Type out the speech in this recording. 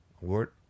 word